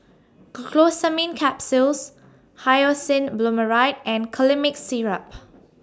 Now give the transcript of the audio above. Glucosamine Capsules Hyoscine Butylbromide and Colimix Syrup